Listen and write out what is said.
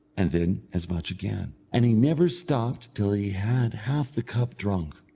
and then as much again, and he never stopped till he had half the cup drunk.